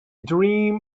dream